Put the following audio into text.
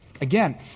Again